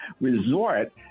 resort